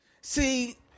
See